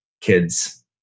kids